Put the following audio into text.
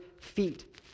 feet